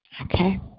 okay